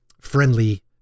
friendly